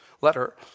letter